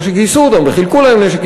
אחרי שגייסו אותם וחילקו להם נשק,